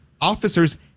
officers